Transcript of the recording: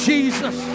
Jesus